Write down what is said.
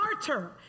smarter